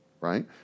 right